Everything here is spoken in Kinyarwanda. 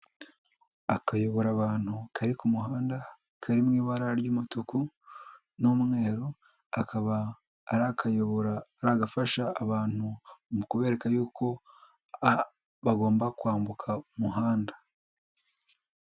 Akayobora abantu kari ku muhanda, kari mu ibara ry'umutuku n'umweru, kakaba ari akayobora gafasha abantu mu kubereka yuko bagomba kwambuka umuhanda.